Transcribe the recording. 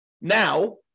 now